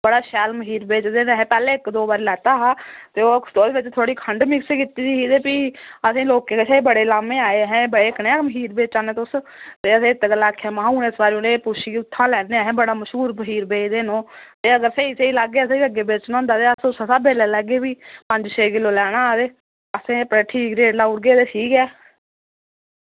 बड़ा शैल मखीर बेचदे ते असैं पैह्ले इक दो बारी लैता हा ते ओ ओह्दे बिच थोह्ड़ी खंड मिक्स कीती दी ही ते फ्ही असें लोकें कशा बी बड़े लाह्मे आए अहैं एह् बै कनेहा मखीर बेचा ने तुस ते असें इत गल्ला आखेआ महा हुन इस बारी उ'नें पुच्छी उत्थां लैन्ने अहैं बड़ा मश्हूर मखीर बेचदे न ओह् ते अगर स्हेई स्हेई लागे असें बी अग्गे बेचना होंदा ते अस उस्से स्हाबे दा ले लैगे फ्ही पंज छे किल्लो लैना ऐ ते असें ठीक रेट लाऊड़गे ते ठीक ऐ